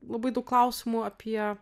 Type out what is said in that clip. labai daug klausimų apie